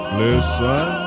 listen